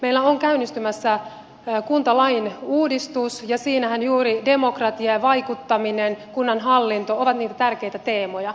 meillä on käynnistymässä kuntalain uudistus ja siinähän juuri demokratia ja vaikuttaminen kunnanhallinto ovat niitä tärkeitä teemoja